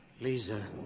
Lisa